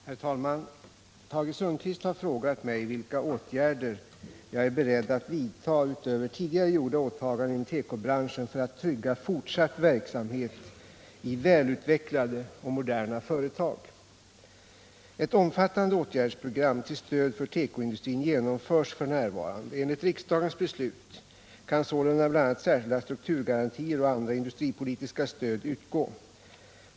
Herr talman! Tage Sundkvist har frågat mig vilka åtgärder jag är beredd att vidta utöver tidigare gjorda åtaganden inom tekobranschen för att trygga fortsatt verksamhet i välutvecklade och moderna företag. Ett omfattande åtgärdsprogram till stöd för tekoindustrin genomförs f. n. Enligt riksdagens beslut kan sålunda bl.a. särskilda strukturgarantier och andra industripolitiska stöd utgå.